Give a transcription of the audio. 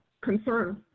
concern